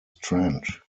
trend